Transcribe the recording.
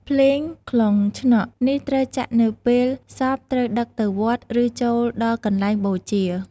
ភ្លេងខ្លងឆ្នក់ នេះត្រូវចាក់នៅពេលសពត្រូវដឹកទៅវត្ត ឬចូលដល់កន្លែងបូជា ។